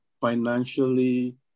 financially